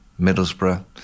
Middlesbrough